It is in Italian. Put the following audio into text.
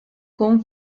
con